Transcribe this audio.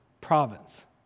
province